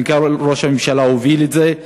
ומנכ"ל ראש הממשלה הוביל את זה,